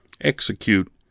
execute